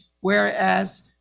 whereas